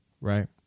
right